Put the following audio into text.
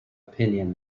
opinion